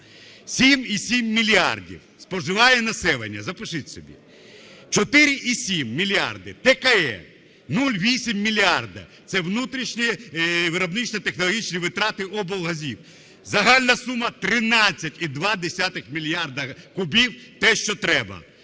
7,7 мільярда споживає населення, запишіть собі. 4,7 мільярда – ТКЕ; 0,8 мільярда – це внутрішні виробничо-технологічні витрати облгазів. Загальна сума 13,2 мільярда кубів – те, що треба.